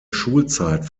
schulzeit